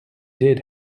did